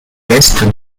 l’est